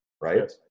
right